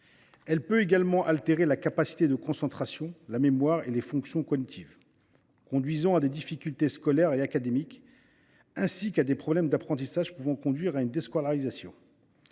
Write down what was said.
Elle peut également altérer la capacité de concentration, la mémoire et les fonctions cognitives, conduisant à des difficultés scolaires et académiques, ainsi qu’à des problèmes d’apprentissage pouvant aboutir à une déscolarisation.